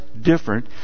different